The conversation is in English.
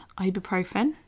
ibuprofen